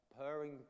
purring